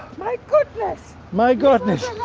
my goodness. my goodness.